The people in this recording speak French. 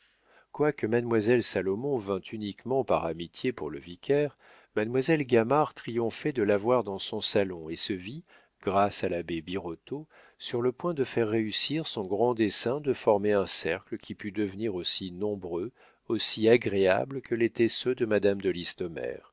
quoique mademoiselle salomon vînt uniquement par amitié pour le vicaire mademoiselle gamard triomphait de l'avoir dans son salon et se vit grâce à l'abbé birotteau sur le point de faire réussir son grand dessein de former un cercle qui pût devenir aussi nombreux aussi agréable que l'étaient ceux de madame de listomère